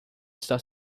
está